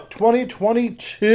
2022